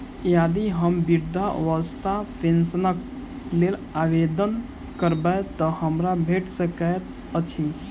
यदि हम वृद्धावस्था पेंशनक लेल आवेदन करबै तऽ हमरा भेट सकैत अछि?